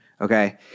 Okay